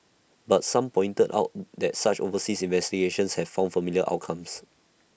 but some pointed out that such overseas investigations have found similar outcomes